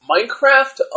Minecraft